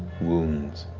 wounds,